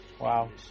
Wow